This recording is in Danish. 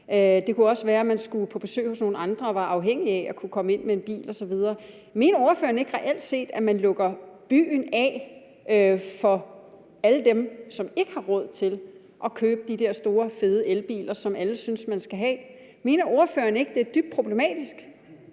Det kunne også være, man skulle på besøg hos nogle andre og var afhængig af at kunne komme ind med en bil osv. Mener ordføreren ikke, at man reelt set lukker byen af for alle dem, som ikke har råd til at købe de der store fede elbiler, som alle synes man skal have? Mener ordføreren ikke, det er dybt problematisk,